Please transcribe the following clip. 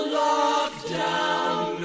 lockdown